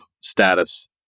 status